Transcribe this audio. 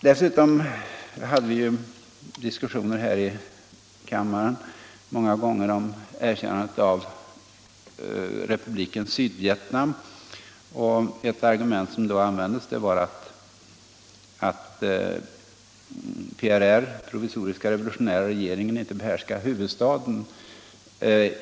Tidigare hade vi många gånger diskussioner här i kammaren om erkännandet av republiken Sydvietnam. Ett argument som då användes var att PRR inte behärskade huvudstaden.